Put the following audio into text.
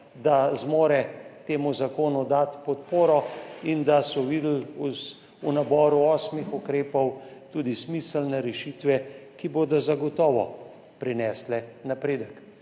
da zmore temu zakonu dati podporo in da so videli v naboru osmih ukrepov tudi smiselne rešitve, ki bodo zagotovo prinesle napredek.